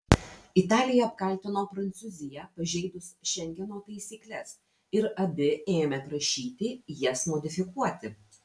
italija apkaltino prancūziją pažeidus šengeno taisykles ir abi ėmė prašyti jas modifikuoti